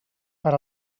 per